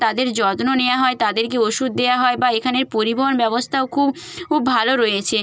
তাদের যত্ন নেওয়া হয় তাদেরকে ওষুধ দেওয়া হয় বা এখানের পরিবহণ ব্যবস্থাও খুব উব ভালো রয়েছে